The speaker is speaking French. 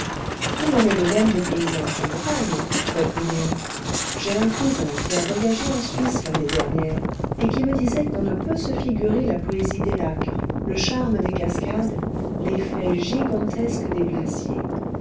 il en est de même des paysages de montagnes reprit léon j'ai un cousin qui a voyagé en suisse l'année dernière et qui me disait qu'on ne peut se figurer la poésie des lacs le charme des cascades l'effet gigantesque des glaciers